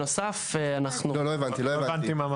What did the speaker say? לא הבנתי, לא הבנתי.